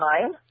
time